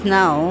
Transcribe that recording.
now